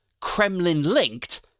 Kremlin-linked